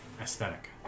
aesthetic